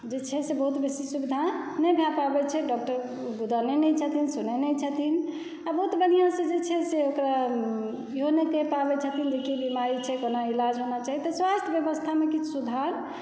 जे छै से बहुत बेसी सुविधा नहि भए पाबै छै डॉक्टर गुदानै नहि छथिन सुनै नहि छथिन आ बहुत बढ़िआसँ जे छै से ओकर इहो नहि कहि पाबै छथिन जे की बीमारी छै कोना इलाज होना चाही तऽ स्वास्थ्य व्यवस्थामे किछु सुधार